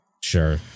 Sure